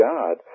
God